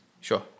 Sure